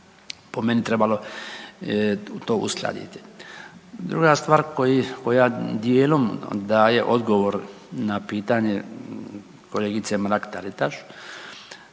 po meni trebalo to uskladiti. Druga stvar koja dijelom daje odgovor na pitanje kolegice Mrak-Taritaš